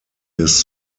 his